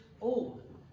old